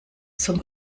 zum